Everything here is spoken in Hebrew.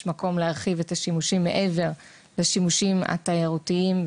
מקום להרחיב את השימושים מעבר לשימושים התיירותיים,